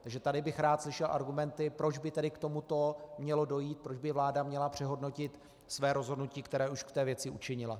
Takže tady bych rád slyšel argumenty, proč by tedy k tomuto mělo dojít, proč by vláda měla přehodnotit své rozhodnutí, které už k té věci učinila.